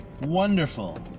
wonderful